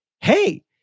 hey